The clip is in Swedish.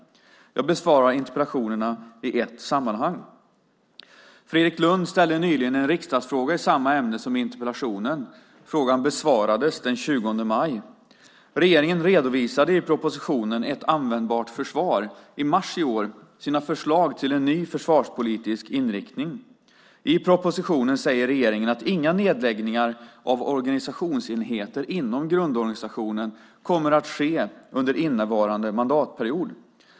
Jag besvarar interpellationerna i ett sammanhang. Fredrik Lundh ställde nyligen en riksdagsfråga i samma ämne som interpellationen . Frågan besvarades den 20 maj. Regeringen redovisade i propositionen Ett användbart försvar i mars i år sina förslag till en ny försvarspolitisk inriktning. I propositionen säger regeringen att inga nedläggningar av organisationsenheter inom grundorganisationen kommer att ske under innevarande mandatperiod.